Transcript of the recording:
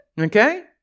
Okay